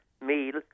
meal